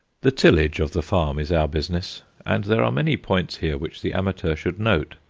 the tillage of the farm is our business, and there are many points here which the amateur should note.